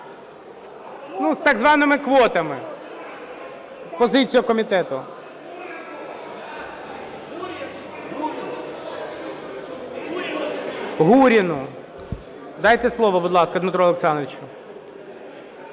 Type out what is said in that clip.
з так званими квотами. Позиція комітету? Гуріну, дайте слово, будь ласка, Дмитру Олександровичу.